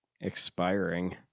expiring